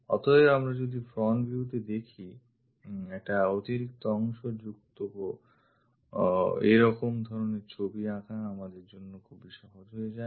অতএব আমরা যদি front viewতে দেখি একটা অতিরিক্ত অংশ যুক্ত এরকম ধরনের ছবি আঁকা আমাদের জন্য খুবই সহজ হয়ে যায়